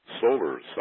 solar